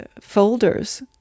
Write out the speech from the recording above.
folders